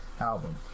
album